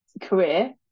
career